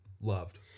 Loved